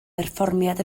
berfformiad